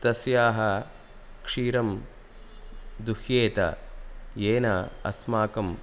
तस्याः क्षीरं दुह्येत येन अस्माकं